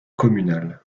communale